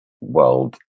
world